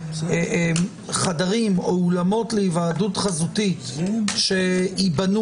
שחדרים או אולמות להיוועדות חזותית שייבנו,